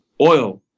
oil